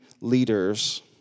leaders